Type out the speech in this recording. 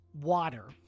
water